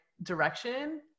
direction